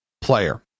player